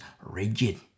rigid